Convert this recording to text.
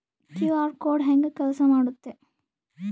QR code ಹೆಂಗ ಕೆಲಸ ಮಾಡುತ್ತೆ?